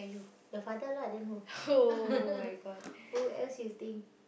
the father lah then who who else you think